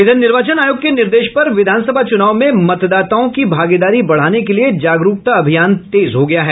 इधर निर्वाचन आयोग के निर्देश पर विधानसभा चूनाव में मतदाताओं की भागीदारी बढ़ाने के लिये जागरूकता अभियान तेज हो गया है